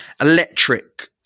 electric